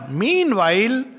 meanwhile